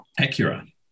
acura